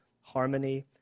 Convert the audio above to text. harmony